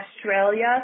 Australia